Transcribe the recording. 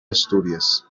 asturias